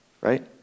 right